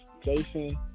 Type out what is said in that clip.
Jason